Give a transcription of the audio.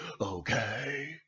Okay